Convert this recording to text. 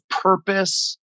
purpose